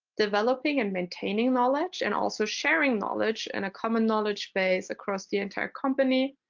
developing and maintaining knowledge, and also sharing knowledge, and a common knowledge base across the entire company,